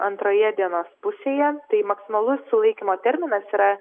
antroje dienos pusėje tai maksimalus sulaikymo terminas yra